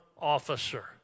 officer